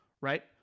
right